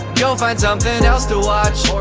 you'll find something else to watch